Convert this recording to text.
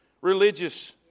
Religious